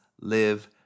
live